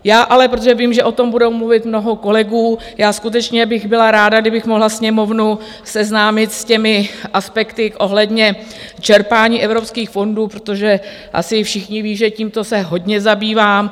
Já ale, protože vím, že o tom bude mluvit mnoho kolegů, skutečně bych byla ráda, kdybych mohla Sněmovnu seznámit s těmi aspekty ohledně čerpání evropských fondů, protože asi všichni vědí, že tímto se hodně zabývám.